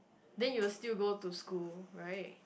then you will still go to school right